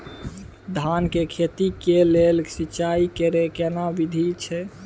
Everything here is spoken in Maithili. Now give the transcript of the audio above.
धान के खेती के लेल सिंचाई कैर केना विधी अछि?